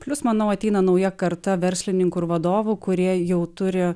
plius manau ateina nauja karta verslininkų ir vadovų kurie jau turi